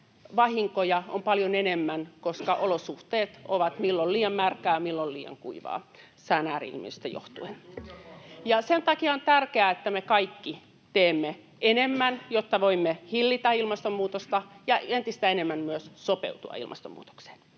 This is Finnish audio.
satovahinkoja on paljon enemmän, koska olosuhteet ovat milloin liian märkiä, milloin liian kuivia, sään ääri-ilmiöistä johtuen. Sen takia on tärkeää, että me kaikki teemme enemmän, jotta voimme hillitä ilmastonmuutosta ja entistä enemmän myös sopeutua ilmastonmuutokseen.